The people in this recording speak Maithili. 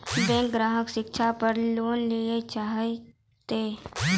बैंक ग्राहक शिक्षा पार लोन लियेल चाहे ते?